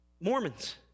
Mormons